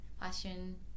fashion